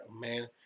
man